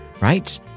right